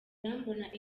irambona